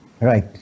Right